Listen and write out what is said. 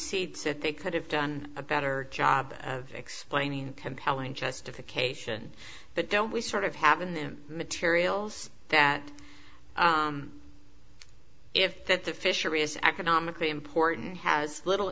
es that they could have done a better job of explaining compelling justification but don't we sort of have in them materials that if that the fishery is economically important has little